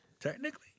Technically